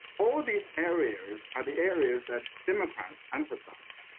all of these areas are the areas that democrats emphasize.